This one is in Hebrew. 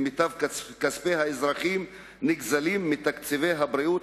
ומיטב כספי האזרחים נגזלים מתקציבי הבריאות,